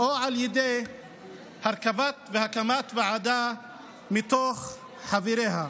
או על ידי הרכבה והקמת ועדה מתוך חבריה.